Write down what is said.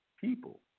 people